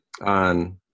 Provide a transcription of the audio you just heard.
on